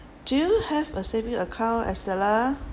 do you have a saving account estella